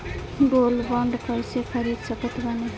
Gold bond कईसे खरीद सकत बानी?